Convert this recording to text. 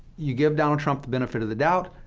you give donald trump the benefit of the doubt.